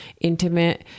intimate